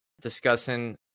discussing